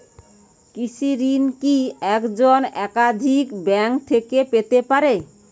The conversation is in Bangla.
কৃষিঋণ কি একজন একাধিক ব্যাঙ্ক থেকে পেতে পারে?